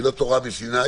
היא לא תורה מסיני,